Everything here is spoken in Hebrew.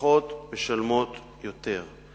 משפחות משלמות יותר.